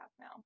now